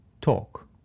talk